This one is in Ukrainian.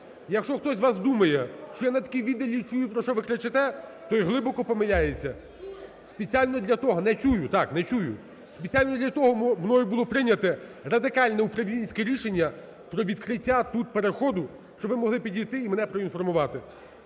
Якщо хтось із вас думає, що я на такій віддалі чую, про що ви кричите, той глибоко помиляється, спеціально для того… Не чую, так, не чую. Спеціально для того мною було прийнято радикальне управлінське рішення про відкриття тут переходу, щоб ви могли підійти і мене проінформувати.